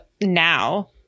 now